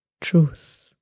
truth